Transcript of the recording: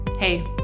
Hey